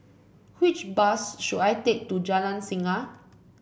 which bus should I take to Jalan Singa